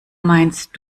meinst